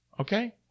okay